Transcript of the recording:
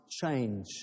change